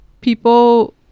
people